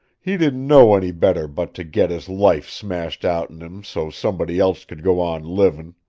he didn't know any better but to get his life smashed out'n him, so somebody else could go on living.